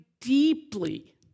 deeply